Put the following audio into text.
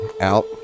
out